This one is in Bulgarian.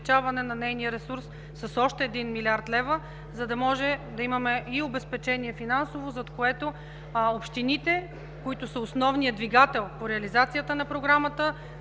на нейния ресурс с още 1 млрд. лв., за да можем да имаме и финансово обезпечение, зад което общините, които са основният двигател по реализацията на Програмата,